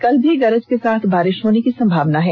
कल भी गरज के साथ बारिश होने की संभावना है